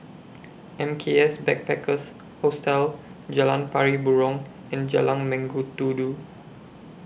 M K S Backpackers Hostel Jalan Pari Burong and Jalan Mengkudu Du